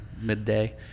midday